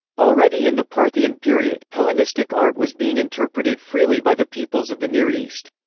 already in the parthian period, hellenistic art was being interpreted freely by the peoples of the near east.